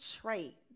trait